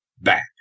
back